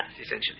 essentially